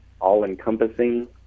all-encompassing